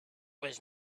was